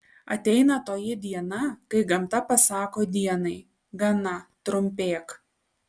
ateina toji diena kai gamta pasako dienai gana trumpėk